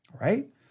Right